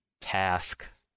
task